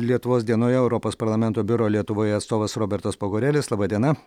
lietuvos dienoje europos parlamento biuro lietuvoje atstovas robertas pagorėlis laba diena